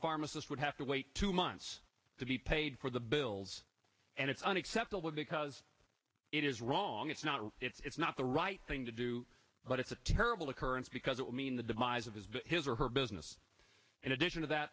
pharmacist would have to wait two months to be paid for the bills and it's unacceptable because it is wrong it's not it's not the right thing to do but it's a terrible occurrence because it would mean the demise of his his or her business in addition to that